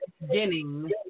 beginning